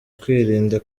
kwirinda